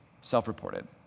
self-reported